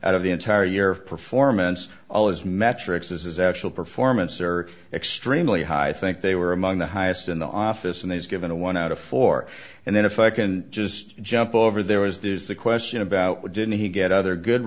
out of the entire year of performance all his metrics as his actual performance are extremely high i think they were among the highest in the office yes and he's given a one out of four and then if i can just jump over there is there is the question about why didn't he get other good